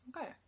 Okay